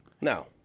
No